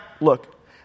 look